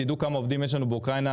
תדעו כמה עובדים יש לנו באוקראינה,